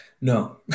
No